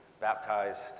baptized